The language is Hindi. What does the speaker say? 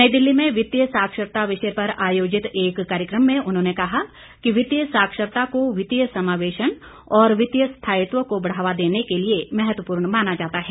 नई दिल्ली में वित्तीय साक्षरता विषय पर आयोजित एक कार्यक्रम में उन्होंने कहा कि वित्तीय साक्षरता को वित्तीय समावेशन और वित्तीय स्थायित्व को बढ़ावा देने के लिए महत्वपूर्ण माना जाता है